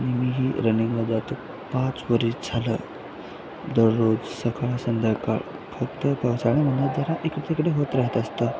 आणि मी ही रनिंगला जातो पाच वर्षं झालं दररोज सकाळ संध्याकाळ फक्त पावसाळ्यामध्ये जरा इकडेतिकडे होत राहत असतं